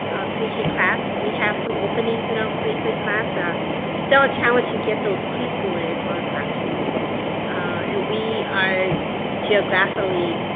our pre k class. we have some openings in our pre k class. ah still a challenge to get those preschoolers into our classrooms and we are geographically,